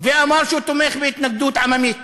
ואמר שהוא תומך בהתנגדות עממית